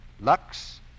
Lux